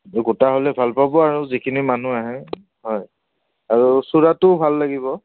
গোটা হ'লে ভাল পাব আৰু যিখিনি মানুহ আহে হয় আৰু চোৰাটো ভাল লাগিব